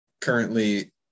currently